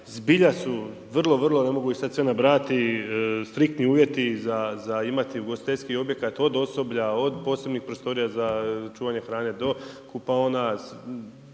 zbilja su vrlo vrlo, ne mogu ih sada sve nabrajati, striktni uvjeti za imati ugostiteljski objekat od osoblja, od posebnih prostorija za čuvanje hrane do kupaona,